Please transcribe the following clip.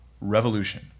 revolution